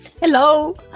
Hello